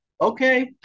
okay